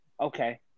Okay